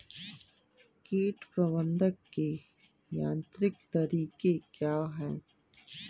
कीट प्रबंधक के यांत्रिक तरीके क्या हैं?